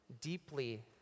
deeply